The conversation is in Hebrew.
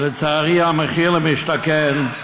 כי לצערי, המחיר למשתכן,